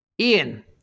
Ian